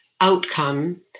outcome